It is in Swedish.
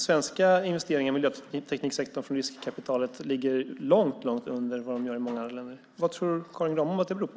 Svenska investeringar i miljötekniksektorn från riskkapitalet ligger långt under vad de gör i många andra länder. Vad tror Karin Granbom att det beror på?